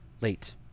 late